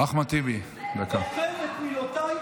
אני בוחר את מילותיי